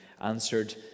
answered